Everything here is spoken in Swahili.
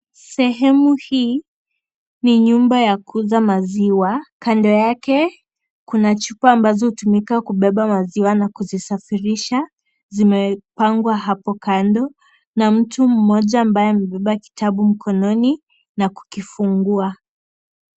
Sehemu hii ni nyumba ya kuuza maziwa, kando yake kuna chupa ambazo hutumika kubeba maziwa na kuzisafirisha, zimepangwa hapo kando, na mtu mmoja ambaye amebeba kitabu mkononi na kukifungua.